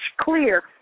clear